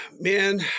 Man